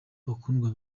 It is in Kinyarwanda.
bakundwa